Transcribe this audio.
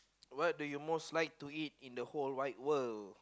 what do you most like to eat in the whole wide world